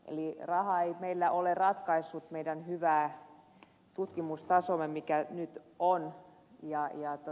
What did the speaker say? eli raha ei meillä ole ratkaissut meidän hyvää tutkimustasoamme mikä nyt on